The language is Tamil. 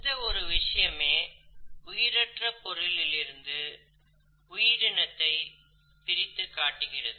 இந்த ஒரு விஷயமே உயிரற்ற பொருட்களிலிருந்து உயிரினத்தை பிரித்துக் காட்டுகிறது